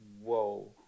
whoa